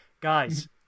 Guys